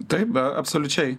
taip absoliučiai